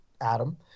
Adam